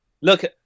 look